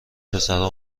پسرها